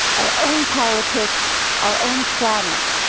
our own politics, our own planet.